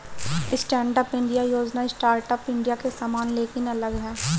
stand up India योजना startup India के समान लेकिन अलग है